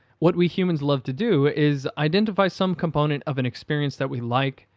what we humans love to do is identify some component of an experience that we like,